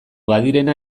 badirena